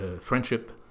friendship